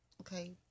Okay